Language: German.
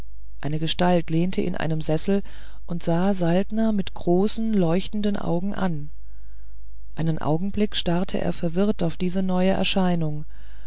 eine gestalt lehnte in einem sessel und sah saltner mit großen leuchtenden augen an einen augenblick starrte er verwirrt auf diese neue erscheinung